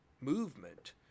movement